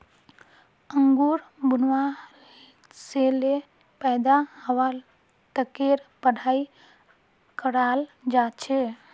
अंगूर बुनवा से ले पैदा हवा तकेर पढ़ाई कराल जा छे